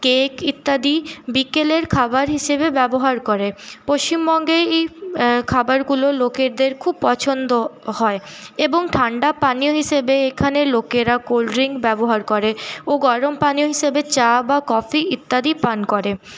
cake ইত্যাদি বিকেলের খাবার হিসেবে ব্যবহার করে পশ্চিমবঙ্গে এই খাবারগুলো লোকেদের খুব পছন্দ হয় এবং ঠাণ্ডা পানীয় হিসেবে এখানে লোকেরা কোল্ডড্রিঙ্ক ব্যবহার করে ও গরম পানীয় হিসেবে চা বা কফি ইত্যাদি পান করে